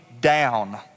down